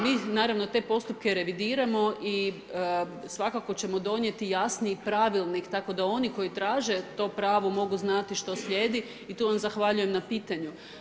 Mi, naravno, te postupke revidiramo i svakako ćemo donijeti jasniji pravilnik, tako da oni koji traže to pravo, mogu znati što slijedi, i tu vam zahvaljujem na pitanju.